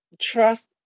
trust